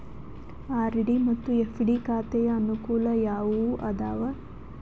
RD ಮತ್ತು FD ಖಾತೆಯ ಅನುಕೂಲ ಯಾವುವು ಅದಾವ?